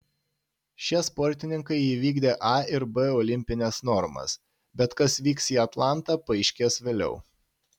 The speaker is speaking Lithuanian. šie sportininkai įvykdė a ir b olimpines normas bet kas vyks į atlantą paaiškės vėliau